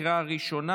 לקריאה ראשונה.